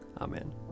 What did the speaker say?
Amen